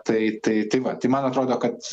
tai tai tai va tai man atrodo kad